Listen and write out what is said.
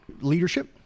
leadership